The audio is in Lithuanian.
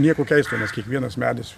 nieko keisto nes kiekvienas medis